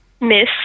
Miss